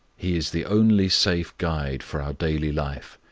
he is the only safe guide for our daily life.